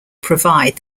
provide